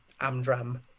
Amdram